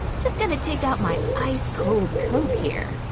just gonna take out my ice cold coke here.